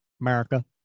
America